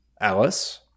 Alice